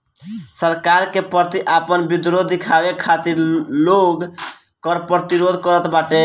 सरकार के प्रति आपन विद्रोह दिखावे खातिर लोग कर प्रतिरोध करत बाटे